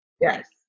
Yes